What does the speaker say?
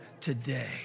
today